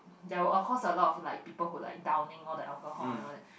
there were of course a lot of like people who like downing all the alcohol and all that